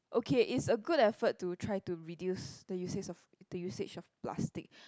okay is a good effort to try to reduce the uses of the usage of plastic